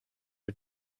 are